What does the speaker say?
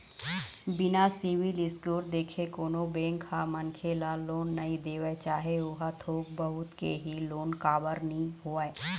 बिना CIBIL score देखे कोनो बेंक ह मनखे ल लोन नइ देवय चाहे ओहा थोक बहुत के ही लोन काबर नीं होवय